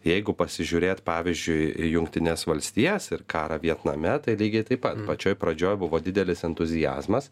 jeigu pasižiūrėt pavyzdžiui į jungtines valstijas ir karą vietname tai lygiai taip pat pačioj pradžioj buvo didelis entuziazmas